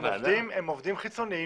הם עובדים חיצוניים,